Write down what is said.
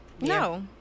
No